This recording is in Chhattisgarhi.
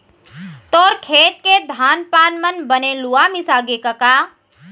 तोर खेत के धान पान मन बने लुवा मिसागे कका?